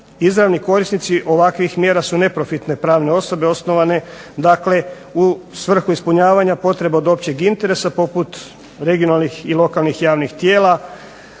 Izravni korisnici ovakvih mjera su neprofitne pravne osobe osnovane u svrhu ispunjavanja potreba od općeg interesa poput regionalnih i lokalnih javnih tijela,